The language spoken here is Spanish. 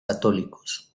católicos